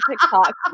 TikTok